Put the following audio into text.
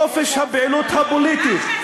חופש הפעילות הפוליטית,